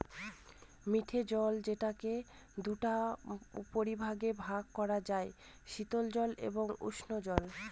মিঠে জল যেটাকে দুটা উপবিভাগে ভাগ করা যায়, শীতল জল ও উষ্ঞজল